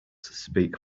speak